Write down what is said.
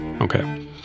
Okay